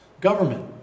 government